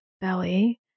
belly